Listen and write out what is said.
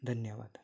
धन्यवाद